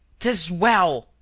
t is well,